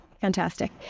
Fantastic